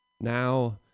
Now